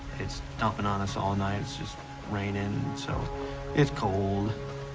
it's dumping on us all night, it's just raining, so it's cold,